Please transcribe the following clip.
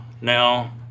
now